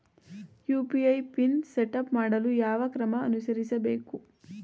UPI PIN setup ಮಾಡಲು ಯಾವ ಕ್ರಮ ಅನುಸರಿಸಬೇಕು?